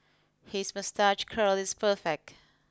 his moustache curl is perfect